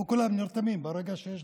כולם נרתמים ברגע שיש